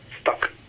stuck